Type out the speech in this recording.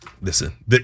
Listen